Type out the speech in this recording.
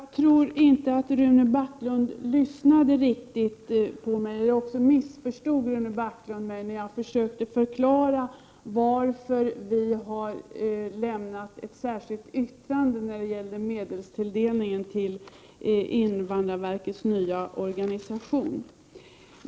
Herr talman! Jag tror att Rune Backlund inte riktigt lyssnade till det jag sade, eller så missförstod Rune Backlund mig när jag försökte förklara varför vi har avgett ett särskilt yttrande om medelstilldelningen till invandrarverkets nya organisation.